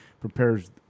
prepares